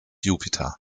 jupiter